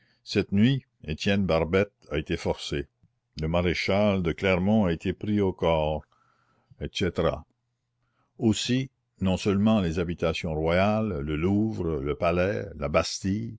cette nuit étienne barbette a été forcé le maréchal de clermont a été pris au corps etc aussi non seulement les habitations royales le louvre le palais la bastille